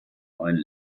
neuen